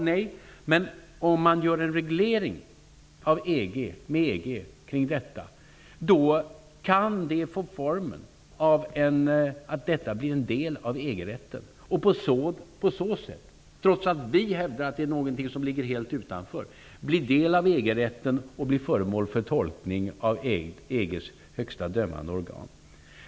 Nej, men om man gör en reglering med EG kring detta kan det få formen som en del av EG-rätten, och på så sätt, trots att vi hävdar att det är någonting som ligger helt utanför, bli föremål för tolkning av EG:s högsta dömande organ.